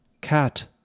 cat